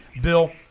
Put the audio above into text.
Bill